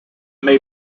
may